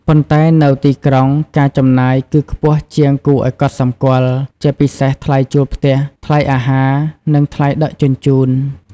ប៉ុន្តែនៅទីក្រុង ការចំណាយ គឺខ្ពស់ជាងគួរឲ្យកត់សម្គាល់ ជាពិសេសថ្លៃជួលផ្ទះ ថ្លៃអាហារ និងថ្លៃដឹកជញ្ជូន។